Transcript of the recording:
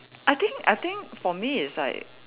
I think I think for me it's like